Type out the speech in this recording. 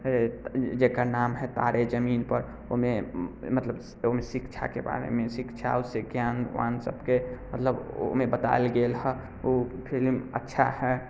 जेकर नाम है तारे जमीन पर ओहिमे मतलब ओहिमे शिक्षाके बारेमे शिक्षा ओहिसँ ज्ञानवान सबके मतलब ओहिमे बताओल गेल हँ ओ फिलिम अच्छा हय